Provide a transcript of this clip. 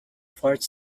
fourth